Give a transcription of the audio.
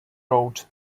road